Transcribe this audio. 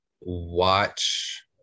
watch